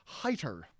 Heiter